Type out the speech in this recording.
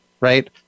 right